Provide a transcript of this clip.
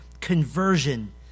Conversion